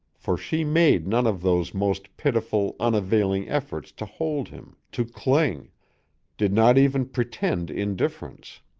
for she made none of those most pitiful, unavailing efforts to hold him, to cling did not even pretend indifference.